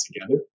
together